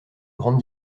grande